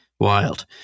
wild